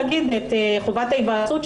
לעגן את חובת ההיוועצות,